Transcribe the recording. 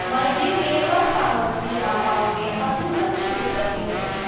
मैले मेवा सामग्रीमा पाउने अधिकतम छुट कति हो